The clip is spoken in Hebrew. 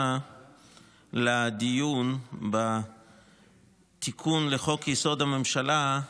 לדיון בתיקון לחוק-יסוד: הממשלה,